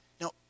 Now